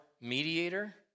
mediator